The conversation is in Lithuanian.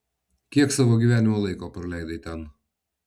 kiek savo gyvenimo laiko praleidai ten